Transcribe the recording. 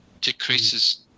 decreases